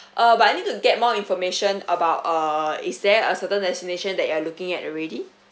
uh but I need to get more information about uh is there a certain destination that you're looking at already